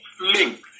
link